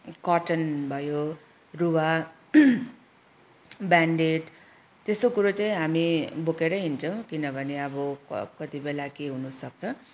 cotton भयो रुवा bandaid त्यस्तो कुरो चाहिँ हामी बोकेरै हिँड्छौँ किनभने अब कतिबेला के हुनसक्छ